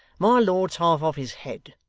my lord's half off his head.